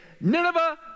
Nineveh